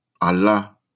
Allah